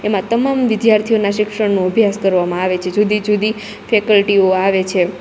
એમાં તમામ વિધ્યાર્થીઓના શિક્ષણનો અભ્યાસ કરવામાં આવે છે જુદી જુદી ફેકલ્ટીઓ આવે છે